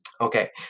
Okay